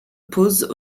pause